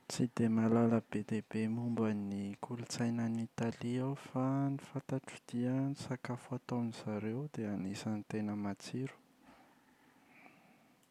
Tsy dia mahalala be dia be momba ny kolontsaina any Italia aho fa ny fantatro dia ny sakafo ataon’izareo dia anisan’ny tena matsiro.